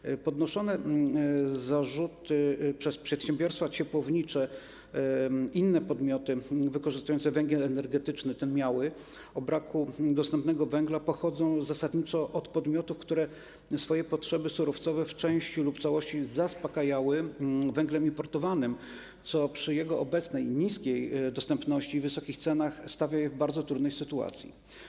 Zarzuty podnoszone przez przedsiębiorstwa ciepłownicze i inne podmioty wykorzystujące węgiel energetyczny, miał, dotyczące braku dostępnego węgla pochodzą zasadniczo od podmiotów, które swoje potrzeby surowcowe w części lub w całości zaspokajały poprzez węgiel importowany, co przy jego obecnej niskiej dostępności i wysokich cenach stawia je w bardzo trudnej sytuacji.